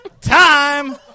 Time